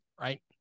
right